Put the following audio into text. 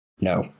no